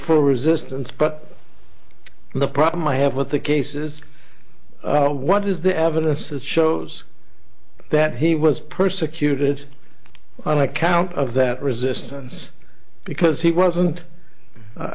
for resistance but the problem i have with the case is what is the evidence that shows that he was persecuted while i count of that resistance because he wasn't a